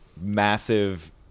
massive